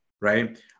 Right